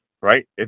right